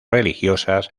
religiosas